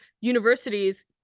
universities